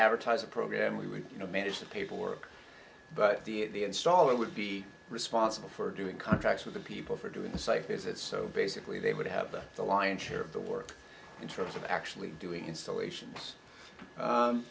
advertise a program we would you know manage the paperwork but the installer would be responsible for doing contracts with the people for doing the site visits so basically they would have the lion's share of the work in terms of actually doing installations